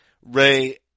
Ray